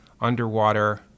underwater